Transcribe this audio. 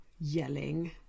yelling